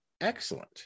Excellent